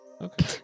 Okay